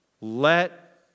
let